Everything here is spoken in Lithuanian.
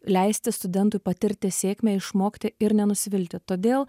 leisti studentui patirti sėkmę išmokti ir nenusivilti todėl